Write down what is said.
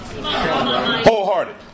Wholehearted